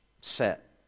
set